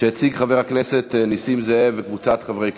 של חבר הכנסת נסים זאב וקבוצת חברי הכנסת.